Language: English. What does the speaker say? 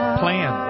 plan